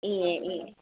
ईअं ईअं